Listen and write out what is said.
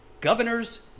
governors